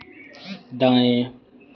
दाएं